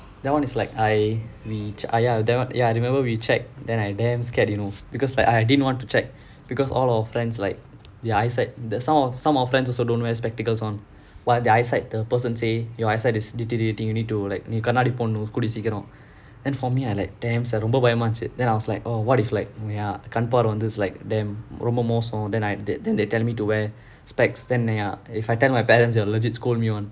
that [one] is like I we ah ya I remember we checked then I damn scared you know because like I didn't want to check because all our friends like their eyesight some of some of our friends also don't wear spectacles [one] but their eyesight the person say your eyesight is deteriorating you need to like நீ கண்ணாடி போடணும் கூடிய சீக்கிரம்:nee kannaadi podanum kudiya seekkeeram then for me I like damn ரொம்ப பயமா இருந்துச்சி:romba bayamaa irunthuchi then I was like oh what if like உண்மையா கண் பார்வை வந்து:unmaiyaa kann paarvai vanthu is like damn ரொம்ப மோசம்:romba mosam than I then they tell me to wear spectacles than ya if I tell my parents they will legit scold me [one]